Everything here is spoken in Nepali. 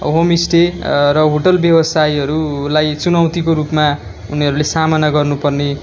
होमस्टे र होटल व्यवसायहरूलाई चुनौतीको रूपमा उनीहरूले सामना गर्नुपर्ने